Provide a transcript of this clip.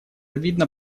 видно